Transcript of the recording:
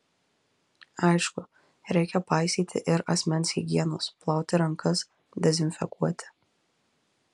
aišku reikia paisyti ir asmens higienos plauti rankas dezinfekuoti